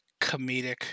comedic